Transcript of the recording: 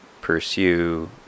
pursue